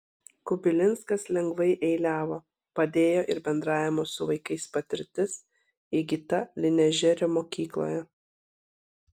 kubilinskas lengvai eiliavo padėjo ir bendravimo su vaikais patirtis įgyta lynežerio mokykloje